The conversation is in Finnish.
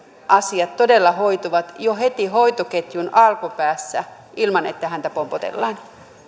asiat todella hoituvat jo heti hoitoketjun alkupäässä ilman että häntä pompotellaan nyt